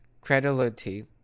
credulity